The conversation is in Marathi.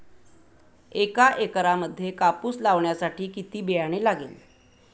एका एकरामध्ये कापूस लावण्यासाठी किती बियाणे लागेल?